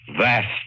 vast